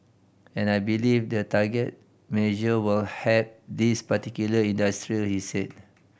and I believe the targeted measure will help these particular industry he said